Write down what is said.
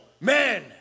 men